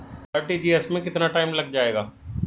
RTGS में कितना time लग जाएगा?